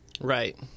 Right